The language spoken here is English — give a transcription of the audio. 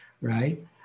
right